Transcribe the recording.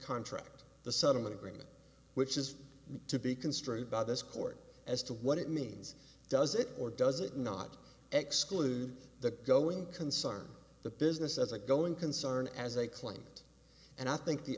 contract the settlement agreement which is to be construed by this court as to what it means does it or does it not exclude the going concern the business as a going concern as a claimant and i think the